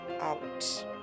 out